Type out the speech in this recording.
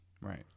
right